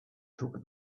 took